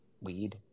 weed